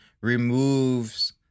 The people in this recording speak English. removes